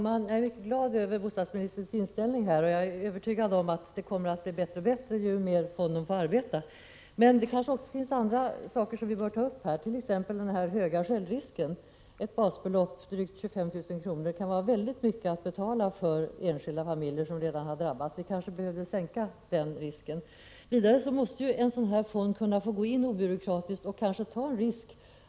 Herr talman! Jag är glad över bostadsministerns inställning, och jag är övertygad om att det blir bättre och bättre ju längre fonden får arbeta. Men det finns en del ytterligare saker som vi kanske bör ta upp i detta sammanhang, t.ex. den höga självrisken. Ett basbelopp på 25 000 kr. kan vara en mycket stor summa att betala för enskilda familjer som redan är drabbade. Vi behöver kanske sänka risken. Vidare måste en sådan här fond kunna agera obyråkratiskt och få ta risker.